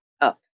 up